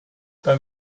beim